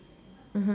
mmhmm